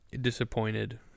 disappointed